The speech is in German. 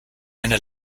eine